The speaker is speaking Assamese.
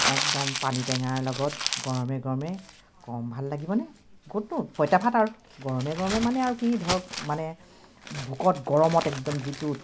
একদম পানী টেঙাৰ লগত গৰমে গৰমে কম ভাল লাগিবনে পঁইতাভাত আৰু গৰমে গৰমে মানে আৰু কি ধৰক মানে ভোকত গৰমত একদম যিটো